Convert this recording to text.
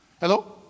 Hello